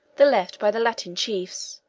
the left by the latin chiefs,